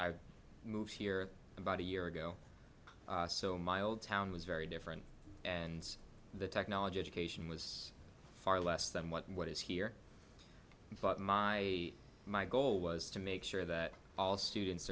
i moved here about a year ago so my old town was very different and the technology education was far less than what what is here but my my goal was to make sure that all students